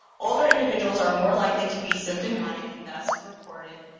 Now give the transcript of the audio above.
older individuals are more likely to be symptomatic and thus reported.